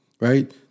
right